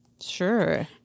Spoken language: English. Sure